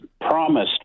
promised